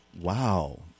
Wow